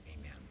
Amen